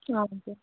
हजुर